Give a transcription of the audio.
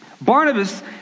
Barnabas